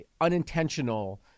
unintentional